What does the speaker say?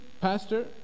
Pastor